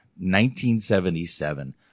1977